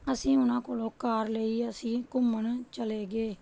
ਅਸੀਂ ਉਹਨਾਂ ਕੋਲੋਂ ਕਾਰ ਲਈ ਅਸੀਂ ਘੁੰਮਣ ਚਲੇ ਗਏ